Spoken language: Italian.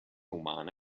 umana